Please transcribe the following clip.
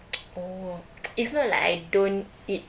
oh it's not like I don't eat